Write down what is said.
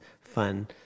fun